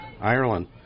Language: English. Ireland